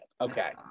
Okay